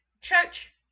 Church